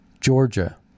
Georgia